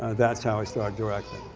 that's how i start directing.